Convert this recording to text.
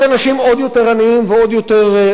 עוד יותר עניים ועוד יותר אומללים.